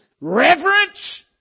reverence